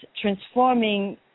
transforming